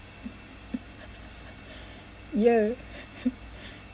!eeyer!